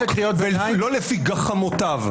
ולא לפי גחמותיו.